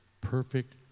perfect